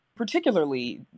particularly